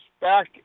back